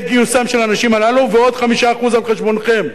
גיוסם של האנשים הללו ועוד 5% על חשבונכם?